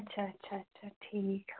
اچھا اچھا اچھا ٹھیٖک